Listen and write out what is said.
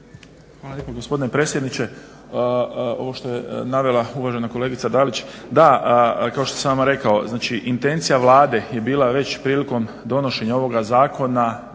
Hvala lijepa gospodine predsjedniče. Ovo što je navela uvažena kolegica Dalić, da kao što sam vam rekao intencija Vlade je bila već prilikom donošenja ovoga zakona